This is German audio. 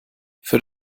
für